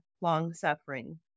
long-suffering